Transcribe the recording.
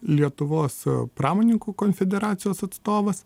lietuvos pramoninkų konfederacijos atstovas